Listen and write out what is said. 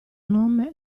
nome